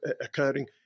occurring